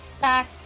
back